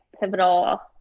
pivotal